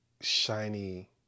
shiny